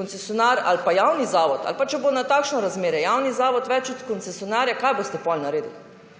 Koncesionar ali pa javni zavod ali pa če bo na takšno razmerje javni zavod več od koncesionarja, kaj boste potem naredili?